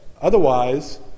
Otherwise